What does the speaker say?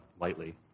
lightly